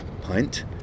pint